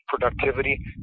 productivity